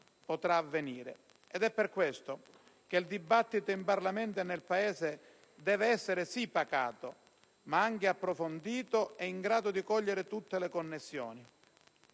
potrà avvenire. È per questo che il dibattito in Parlamento e nel Paese deve essere sì pacato, ma anche approfondito e in grado di cogliere tutte le connessioni.